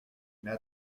mais